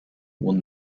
will